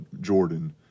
Jordan